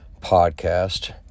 podcast